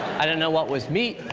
i didn't know what was meat,